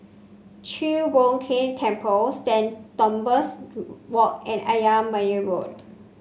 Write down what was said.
Chi Hock Keng Temple Saint Thomas Walk and Ayer Merbau Road